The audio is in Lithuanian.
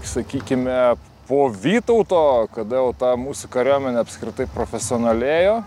sakykime po vytauto kada jau ta mūsų kariuomenė apskritai profesionalėjo